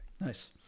nice